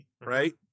right